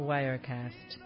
Wirecast